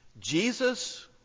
Jesus